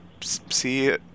See